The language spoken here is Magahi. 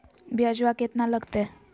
ब्यजवा केतना लगते?